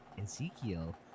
Ezekiel